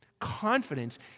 Confidence